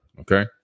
okay